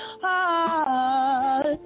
heart